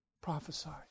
prophesied